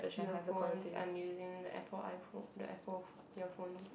earphones I'm using the Apple iphone the Apple earphones